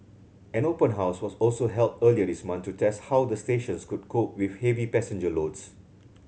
an open house was also held earlier this month to test how the stations could cope with heavy passenger loads